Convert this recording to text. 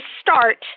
start